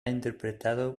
interpretado